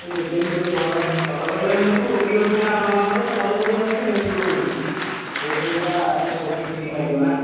ତ ନେବେନି ଭଲ ପରିବା ନିଅନ୍ତୁ ରୋଗୀ ଅଛନ୍ତି ନା ଆପଣଙ୍କ ଘରେ ତ ଭଲ ପରିବା ନିଅନ୍ତୁ ରେଟରୁ କ'ଣ ମିଳିବ ରେଟ ଅଇଖା ତ ଯେତିକି ସେତିକି ଲାଗିବ ନାଁ